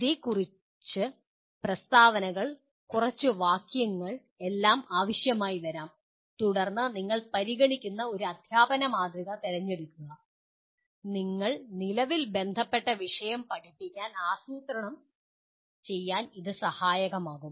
ഇത് കുറച്ച് പ്രസ്താവനകൾ കുറച്ച് വാക്യങ്ങൾ എല്ലാം ആവശ്യമായി വരാം തുടർന്ന് നിങ്ങൾ പരിഗണിക്കുന്ന ഒരു അദ്ധ്യാപനമാതൃക തിരഞ്ഞെടുക്കുക നിങ്ങൾ നിലവിൽ ബന്ധപ്പെട്ട വിഷയം പഠിപ്പിക്കാൻ ആസൂത്രണം ചെയ്യാൻ സഹായകമാകും